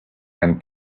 and